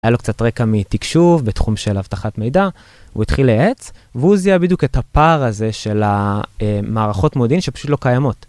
היה לו קצת רקע מתקשוב בתחום של האבטחת מידע והוא התחיל לייעץ, והוא זיהה בדיוק את הפער הזה של המערכות מודיעין שפשוט לא קיימות.